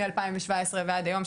מ-2017 ועד היום,